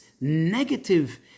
negative